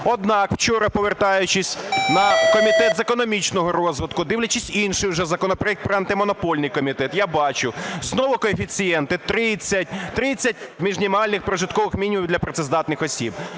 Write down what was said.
Однак, вчора, повертаючись на Комітет з економічного розвитку, дивлячись вже інший законопроект про Антимонопольний комітет, я бачу, знову коефіцієнти: 30 мінімальний прожиткових мінімумів для працездатних осіб.